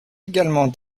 également